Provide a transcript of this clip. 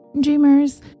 Dreamers